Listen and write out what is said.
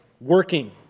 working